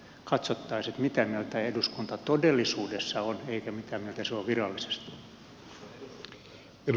katsottaisiin mitä mieltä eduskunta todellisuudessa on eikä mitä mieltä se on virallisesti